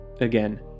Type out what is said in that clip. Again